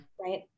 right